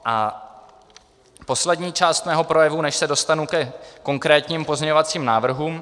A poslední část mého projevu, než se dostanu ke konkrétním pozměňovacím návrhům.